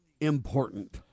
important